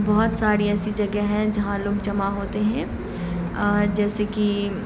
بہت ساری ایسی جگہ ہیں جہاں لوگ جمع ہوتے ہیں جیسے کہ